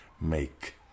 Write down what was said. Make